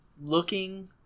looking